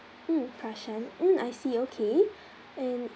mm prashan mm I see okay and